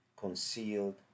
concealed